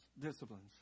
disciplines